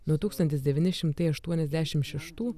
nuo tūkstantis devyni šimtai aštuoniasdešimt šeštų